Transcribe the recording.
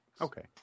Okay